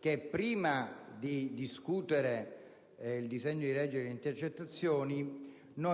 che prima di discutere il disegno di legge sulle intercettazioni